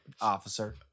Officer